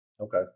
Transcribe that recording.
Okay